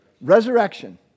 Resurrection